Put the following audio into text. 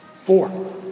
Four